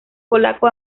polaco